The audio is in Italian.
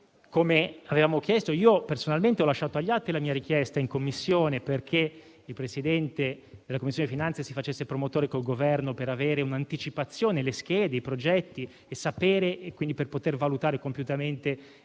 come avevamo chiesto? Personalmente, io ho lasciato agli atti la mia richiesta in Commissione, perché il Presidente della Commissione finanze si facesse promotore col Governo per avere un'anticipazione, le schede, i progetti per poter valutare compiutamente il DEF,